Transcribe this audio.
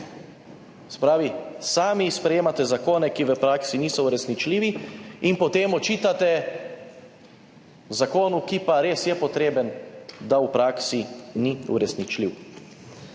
pravi, sami sprejemate zakone, ki v praksi niso uresničljivi, in potem očitate zakonu, ki pa res je potreben, da v praksi ni uresničljiv.